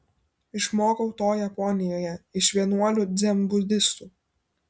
išmokau to japonijoje iš vienuolių dzenbudistų